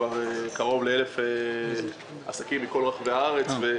כבר קרוב ל-1,000 עסקים מכל רחבי הארץ,